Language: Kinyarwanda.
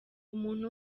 umuntu